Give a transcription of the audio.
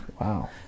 Wow